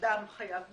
שאדם חייב בתשלומו,